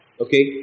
okay